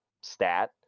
stat